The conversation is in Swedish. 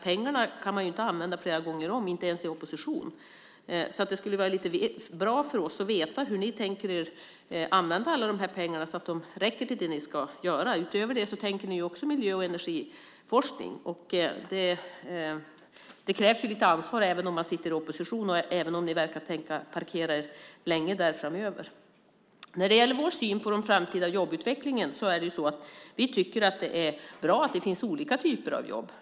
Pengarna kan man inte använda flera gånger om, inte ens i opposition. Det skulle vara bra för oss att veta hur ni tänker använda alla de här pengarna så att de räcker till det ni ska göra. Utöver det tänker ni också på miljö och energiforskning. Det krävs lite ansvar även om man sitter i opposition och även om ni verkar tänka parkera er länge där framöver. När det gäller vår syn på den framtida jobbutvecklingen tycker vi att det är bra att det finns olika typer av jobb.